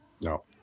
no